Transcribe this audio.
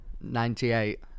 Ninety-eight